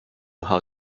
how